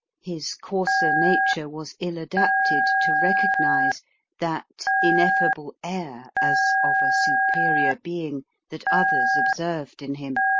his coarser nature was ill adapted to recognise that ineffable air as of a superior being that others observed in him.